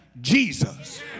Jesus